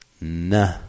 Nah